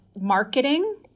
marketing